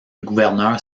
gouverneur